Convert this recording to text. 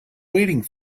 waiting